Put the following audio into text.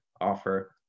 offer